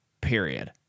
period